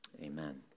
amen